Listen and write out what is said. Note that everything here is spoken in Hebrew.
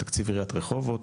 מתקציב עיריית רחובות,